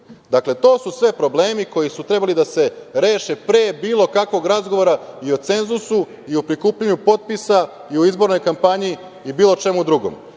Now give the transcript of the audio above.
grupu. To su sve problemi koji su trebali da se reše pre bilo kakvog razgovora, i o cenzusu, i o prikupljanju potpisa, i o izbornoj kampanji i o bilo čemu drugom. Ukoliko